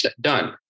done